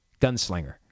Gunslinger